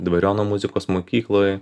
dvariono muzikos mokykloj